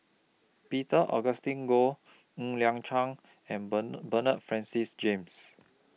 Peter Augustine Goh Ng Liang Chiang and bend Bernard Francis James